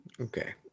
Okay